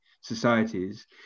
societies